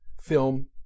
film